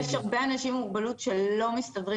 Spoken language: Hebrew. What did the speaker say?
יש הרבה אנשים עם מוגבלות שלא מסתדרים